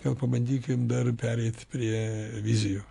todėl pabandykim dar pereit prie vizijų